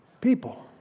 people